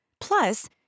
Plus